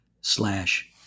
slash